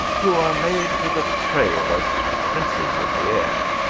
who are made for the prey of us princes of the air.